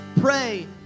Pray